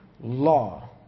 law